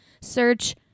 search